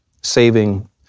saving